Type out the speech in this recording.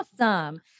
Awesome